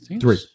Three